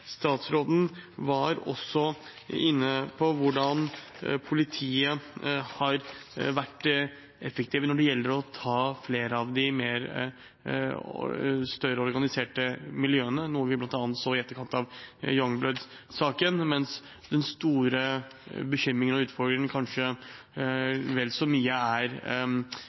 Statsråden var også inne på hvordan politiet har vært effektive når det gjelder å ta flere av de større organiserte miljøene, noe vi bl.a. så i etterkant av Young Bloods-saken. Men den store bekymringen og utfordringen er kanskje vel så mye